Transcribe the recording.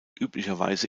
üblicherweise